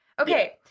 Okay